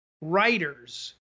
writers